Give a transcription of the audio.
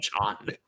John